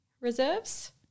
reserves